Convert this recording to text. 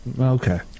Okay